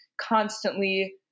constantly